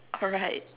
alright